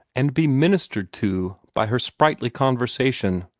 and be ministered to by her sprightly conversation,